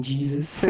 Jesus